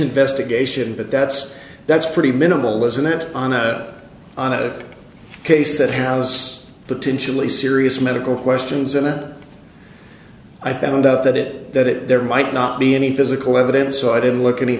investigation but that's that's pretty minimal wasn't it on a on a case that house potentially serious medical questions in a i found out that it that there might not be any physical evidence so i didn't look any